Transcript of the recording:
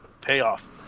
payoff